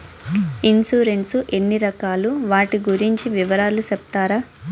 Insurance ఎన్ని రకాలు వాటి గురించి వివరాలు సెప్తారా?